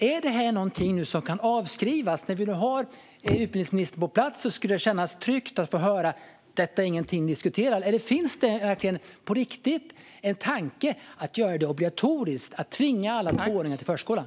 Är detta något som utbildningsministern kan avskriva, eller finns det på riktigt en tanke om att göra det obligatoriskt och tvinga alla tvååringar till förskolan?